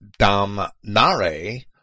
damnare